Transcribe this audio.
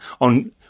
on